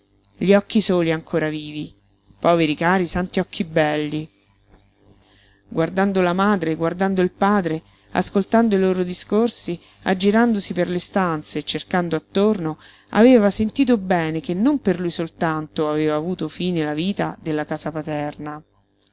gli occhi soli ancora vivi poveri cari santi occhi belli guardando la madre guardando il padre ascoltando i loro discorsi aggirandosi per le stanze e cercando attorno aveva sentito bene che non per lui soltanto aveva avuto fine la vita della casa paterna